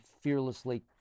fearlessly